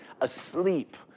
asleep